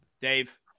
Dave